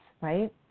right